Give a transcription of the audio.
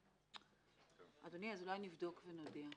אדוני, אנחנו נבדוק ונודיע.